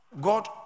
God